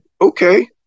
okay